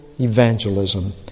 evangelism